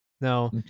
Now